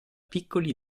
piccoli